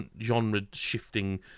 genre-shifting